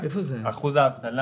ושיעור האבטלה